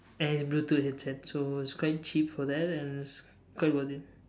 and it's Bluetooth headset so it's quite cheap for that and it's quite worth it